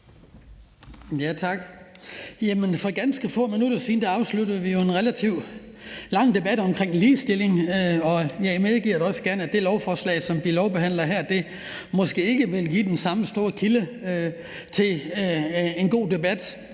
For ganske få minutter siden afsluttede vi jo en relativt lang debat om ligestilling. Jeg medgiver, at det lovforslag, vi behandler her, måske ikke vil være den samme store kilde til en god debat.